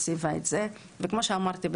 וכמו שאמרתי,